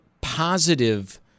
positive